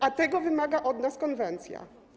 A tego wymaga od nas konwencja.